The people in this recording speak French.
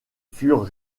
furent